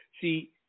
see